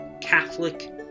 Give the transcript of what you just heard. Catholic